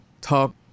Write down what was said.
Talk